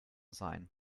sein